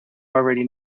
already